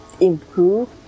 improve